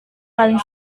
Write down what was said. paling